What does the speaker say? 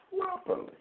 properly